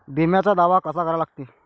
बिम्याचा दावा कसा करा लागते?